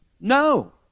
No